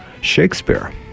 Shakespeare